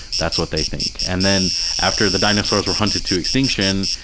that's what they think. and then after the dinosaurs were hunted to extinction,